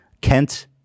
Kent